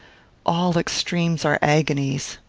all extremes are agonies.